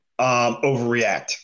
overreact